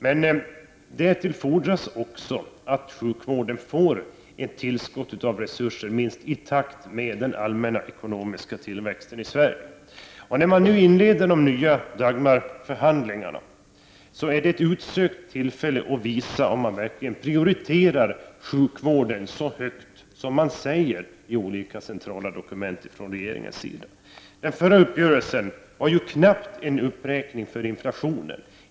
Men därutöver fordras att sjukvården får ett tillskott av resurser, minst i takt med den allmänna ekonomiska tillväxten i Sverige. När man nu inleder de nya Dagmarförhandlingarna får man ett utsökt tillfälle att visa om man verkligen prioriterar sjukvården så högt som det sägs i olika centrala dokument från regeringen. Den förra uppgörelsen innebar knappt en uppräkning för inflationen.